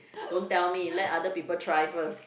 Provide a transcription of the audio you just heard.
don't tell me let other people try first